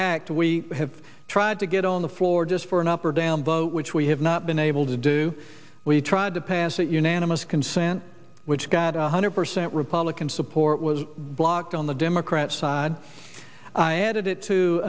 act we have tried to get on the floor just for an up or down vote which we have not been able to do we tried to pass that unanimous consent which got one hundred percent republican support was blocked on the democrat side i added it to